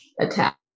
attack